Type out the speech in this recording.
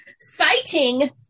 citing